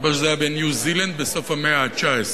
מסתבר שזה היה בניו-זילנד, בסוף המאה ה-19,